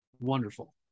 wonderful